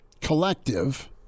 Collective